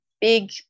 big